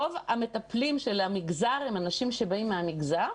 רוב המטפלים של המגזר הם אנשים שבאים מהמגזר.